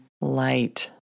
light